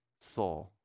saw